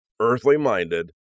earthly-minded